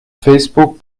facebook